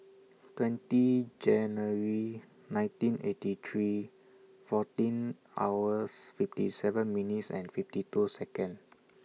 twenty January nineteen eighty three fourteen hours fifty seven minutes and fifty two Second